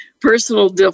personal